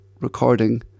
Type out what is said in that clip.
recording